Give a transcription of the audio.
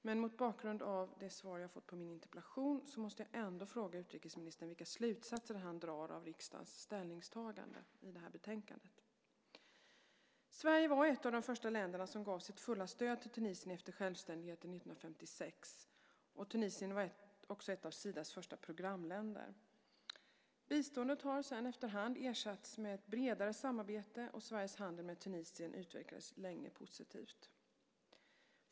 Men mot bakgrund av det svar som jag har fått på min interpellation måste jag ändå fråga utrikesministern vilka slutsatser som han drar av riksdagens ställningstagande i detta betänkande. Sverige var ett av de första länderna som gav sitt fulla stöd till Tunisien efter självständigheten 1956, och Tunisien var ett av Sidas första programländer. Biståndet har sedan efterhand ersatts med ett bredare samarbete, och Sveriges handel med Tunisien utvecklades länge positivt.